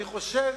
אני חושב